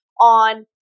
on